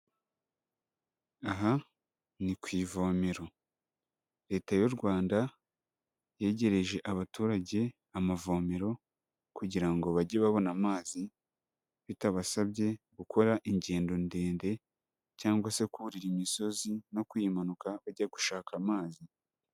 Aha ni ku ivomero, leta y'u Rwanda yegereje abaturage amavomero kugira ngo bajye babona amazi bitabasabye gukora ingendo ndende cyangwa se kurira imisozi no kuyimanuka bajya gushaka amazi.